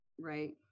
Right